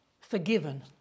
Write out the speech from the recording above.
forgiven